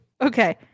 Okay